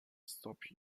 stop